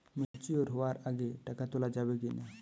Mature হওয়ার আগে টাকা তোলা যাবে কিনা?